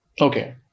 Okay